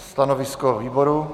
Stanovisko výboru?